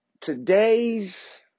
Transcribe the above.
Today's